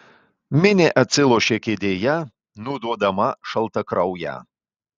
minė atsilošė kėdėje nuduodama šaltakrauję